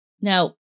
Now